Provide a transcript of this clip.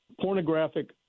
pornographic